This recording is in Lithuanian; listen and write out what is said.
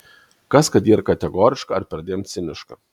kas kad ji ir kategoriška ar perdėm ciniška